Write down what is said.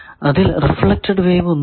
അതിൽ reflected wave ഒന്നും ഇല്ല